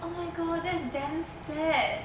oh my god that is damn sad